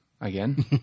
Again